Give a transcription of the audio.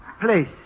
please